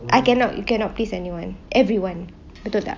I cannot you cannot please anyone everyone betul tak